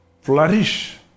flourish